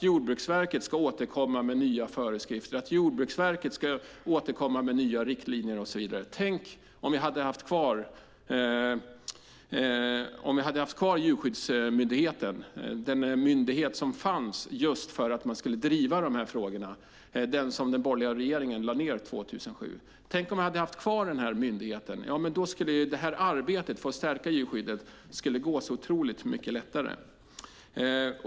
Jordbruksverket ska återkomma med nya föreskrifter. Jordbruksverket ska återkomma med nya riktlinjer och så vidare. Tänk om vi hade haft kvar Djurskyddsmyndigheten! Det var den myndighet som fanns just för att man skulle driva de här frågorna. Den lade den borgerliga regeringen ned 2007. Tänk om vi hade haft kvar den myndigheten! Då skulle arbetet för att stärka djurskyddet gå otroligt mycket lättare.